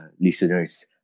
listeners